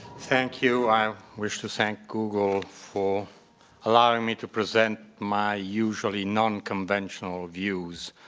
thank you. i wish to thank google for allowing me to present my usually nonconventional views.